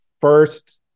first